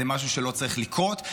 זה משהו שלא צריך לקרות,